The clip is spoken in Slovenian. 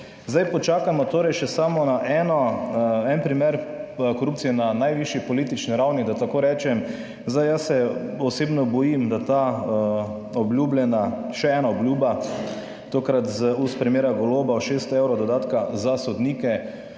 Zdaj, počakajmo torej še samo na 11 primer korupcije na najvišji politični ravni, da tako rečem. Zdaj jaz se osebno bojim, da ta obljubljena še ena obljuba tokrat z ust premierja Goloba 600 evrov dodatka za sodnike